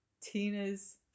Tina's